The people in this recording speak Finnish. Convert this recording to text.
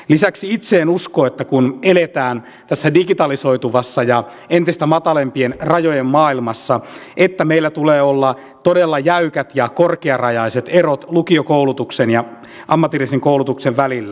lisäksi itse en usko kun eletään tässä digitalisoituvassa ja entistä matalampien rajojen maailmassa että meillä tulee olla todella jäykät ja korkearajaiset erot lukiokoulutuksen ja ammatillisen koulutuksen välillä